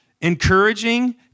Encouraging